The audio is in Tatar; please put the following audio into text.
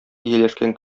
ияләшкән